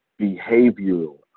behavioral